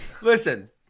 listen